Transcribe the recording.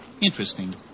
Interesting